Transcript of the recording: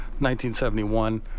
1971